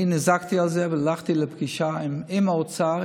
אני נזעקתי על זה והלכתי לפגישה עם האוצר,